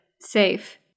Safe